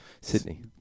Sydney